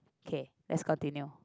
K let's continue